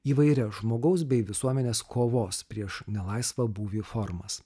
įvairias žmogaus bei visuomenės kovos prieš nelaisvą būvį formas